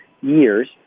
years